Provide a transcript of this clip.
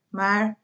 maar